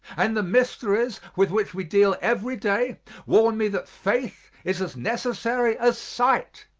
and the mysteries with which we deal every day warn me that faith is as necessary as sight.